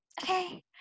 okay